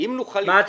מה אתה מציע?